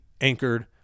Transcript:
anchored